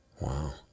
Wow